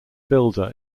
builder